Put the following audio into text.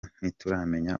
ntituramenya